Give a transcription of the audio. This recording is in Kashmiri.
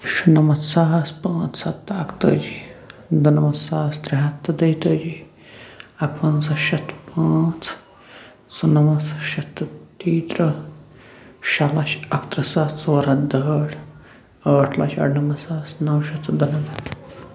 شُنمتھ ساس پانٛژھ ہتھ تہٕ اکہٕ تٲجی دُنمتھ ساس ترٛےٚ ہتھ تہٕ دٔیتٲجی اکہٕ ونٛزاہ شَتھ پانٛژھ ژُنمتھ شَتھ تہٕ تیٚتہِ تٕرٛہ شےٚ لچھ اکہٕ تٕرٛہ ساس ژور ہتھ دٕہٲٹھ ٲٹھ لچھ اَر نمتھ ساس نَو شتھ تہٕ